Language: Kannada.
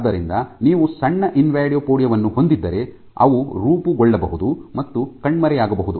ಆದ್ದರಿಂದ ನೀವು ಸಣ್ಣ ಇನ್ವಾಡೋಪೊಡಿಯಾ ವನ್ನು ಹೊಂದಿದ್ದರೆ ಅವು ರೂಪುಗೊಳ್ಳಬಹುದು ಮತ್ತು ಕಣ್ಮರೆಯಾಗಬಹುದು